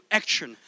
action